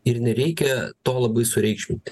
ir nereikia to labai sureikšmint